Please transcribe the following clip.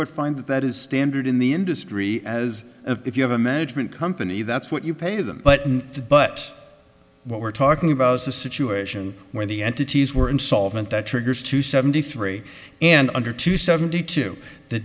would find that that is standard in the industry as if you have a management company that's what you pay them but but what we're talking about a situation where the entities were insolvent that triggers two seventy three and under two seventy two the